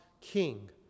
King